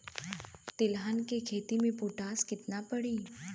तिलहन के खेती मे पोटास कितना पड़ी?